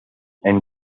and